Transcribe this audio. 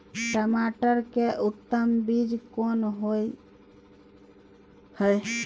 टमाटर के उत्तम बीज कोन होय है?